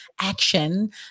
action